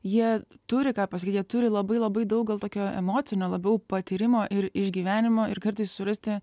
jie turi ką pasakyt jie turi labai labai daug gal tokio emocinio labiau patyrimo ir išgyvenimo ir kartais surasti